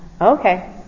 Okay